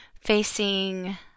facing